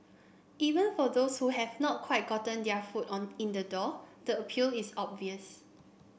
even for those who have not quite gotten their foot on in the door the appeal is obvious